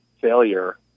failure